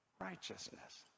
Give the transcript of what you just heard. righteousness